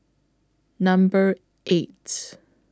Number eight